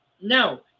No